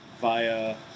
via